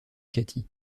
katie